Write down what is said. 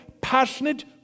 passionate